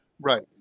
Right